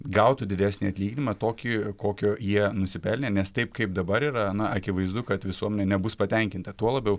gautų didesnį atlyginimą tokį kokio jie nusipelnė nes taip kaip dabar yra na akivaizdu kad visuomenė nebus patenkinta tuo labiau